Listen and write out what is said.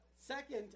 second